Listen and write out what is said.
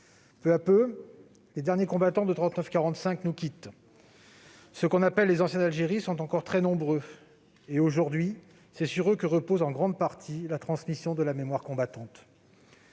Peu à peu, les derniers combattants de 39-45 nous quittent. Ceux que l'on appelle les anciens d'Algérie sont encore très nombreux et, aujourd'hui, c'est sur eux que repose en grande partie la transmission de la mémoire combattante.